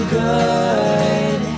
good